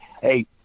hey